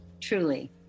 truly